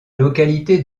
localité